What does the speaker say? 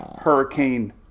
Hurricane